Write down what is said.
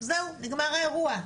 זהו, נגמר האירוע.